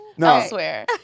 Elsewhere